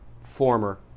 former